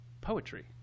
poetry